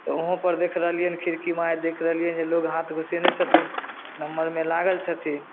तऽ वहाँपर देखि रहलिअनि खिड़की माहे देखि रहलिए लोक हाथ घुसेने छथिन नम्बरमे लागल छथिन